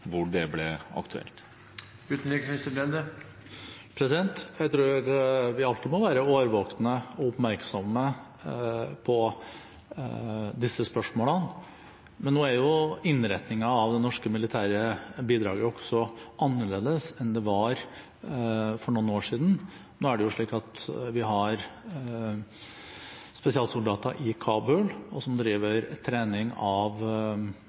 hvor det blir aktuelt? Jeg tror vi alltid må være årvåkne og oppmerksomme på disse spørsmålene, men nå er jo innretningen av det norske militære bidraget annerledes enn slik det var for noen år siden. Nå har vi spesialsoldater i Kabul som driver trening av afghansk sikkerhetspersonell der, mens bistanden også fortsetter ute i provinsene. Og som